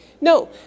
No